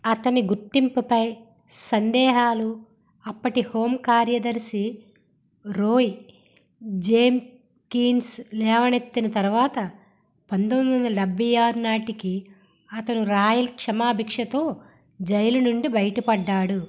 అతని గుర్తింపుపై సందేహాలు అప్పటి హోం కార్యదర్శి రోయ్ జేమ్కిన్స్ లేవనెత్తిన తర్వాత పంతొమ్మిది వందల డెబ్భై ఆరు నాటికి అతను రాయల్ క్షమాభిక్షతో జైలు నుండి బయటపడ్డాడు